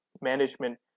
management